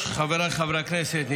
התשפ"ד 2024,